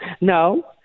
No